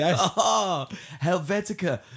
Helvetica